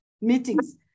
meetings